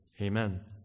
Amen